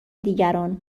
دیگران